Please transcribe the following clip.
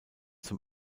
zum